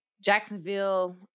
Jacksonville